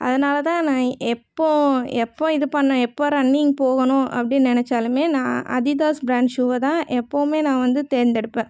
அதனால்தான் நான் எப்போது எப்போது இது பண்ணு எப்போது ரன்னிங் போகணும் அப்படின்னு நினச்சாலுமே நான் அதிதாஸ் பிராண்ட் ஷூவைதான் எப்போதுமே நான் வந்து தேர்ந்தெடுப்பேன்